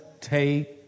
take